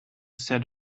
set